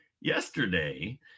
yesterday